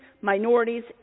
minorities